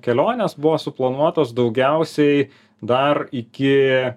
kelionės buvo suplanuotos daugiausiai dar iki